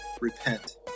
repent